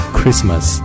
Christmas